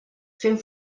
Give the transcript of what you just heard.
fent